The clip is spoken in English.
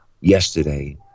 Yesterday